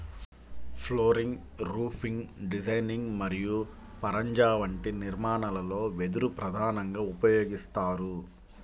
flooring, roofing designing మరియు పరంజా వంటి నిర్మాణాలలో వెదురు ప్రధానంగా ఉపయోగిస్తారు